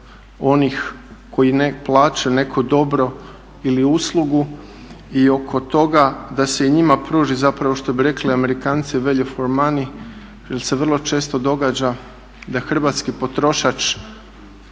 onih koji ne plaćaju neko dobro ili uslugu i oko toga da se i njima pruži zapravo što bi rekli Amerikanci value for money jer se vrlo često događa da hrvatski potrošač